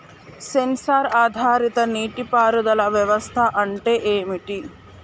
Censor ఆధారిత నీటి పారుదల వ్యవస్థ అంటే ఏమిటి?